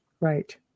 Right